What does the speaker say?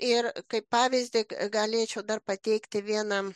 ir kaip pavyzdį galėčiau dar pateikti vieną